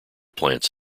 plants